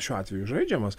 šiuo atveju žaidžiamas